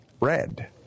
red